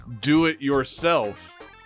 Do-It-Yourself